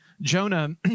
Jonah